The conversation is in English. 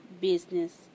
business